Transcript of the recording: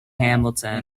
hamilton